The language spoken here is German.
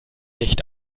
nicht